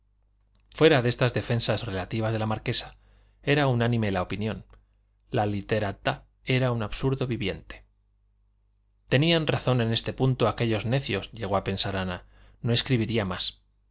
fuera de estas defensas relativas de la marquesa era unánime la opinión la literata era un absurdo viviente tenían razón en este punto aquellos necios llegó a pensar ana no escribiría más